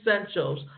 essentials